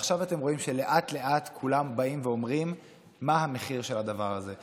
עכשיו אתם רואים שלאט-לאט כולם באים ואומרים מה המחיר של הדבר הזה.